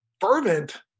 fervent